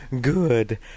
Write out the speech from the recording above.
good